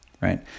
right